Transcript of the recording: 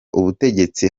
ubutegetsi